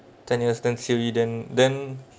ten years turn silly then then